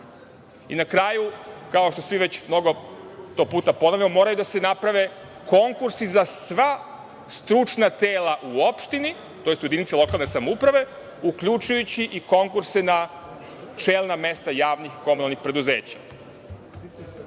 kraju, kao što svi već to mnogo puta ponavljamo, moraju da se naprave konkursi za sva stručna tela u opštini, tj. jedinici lokalne samouprave, uključujući i konkurse na čelna mesta javnih komunalnih preduzeća.